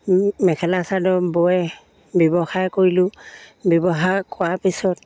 মেখেলা চাদৰ বৈ ব্যৱসায় কৰিলোঁ ব্যৱসায় কৰা পিছত